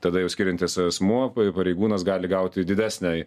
tada jau skiriantis asmuo pa pareigūnas gali gauti didesnę